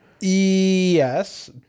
Yes